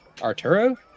Arturo